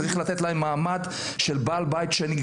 צריך לתת להם מעמד של בעל בית שני,